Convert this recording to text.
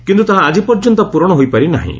କିନ୍ତୁ ତାହା ଆଜି ପର୍ଯ୍ୟନ୍ତ ପୂରଣ ହୋଇପାରି ନାହିଁ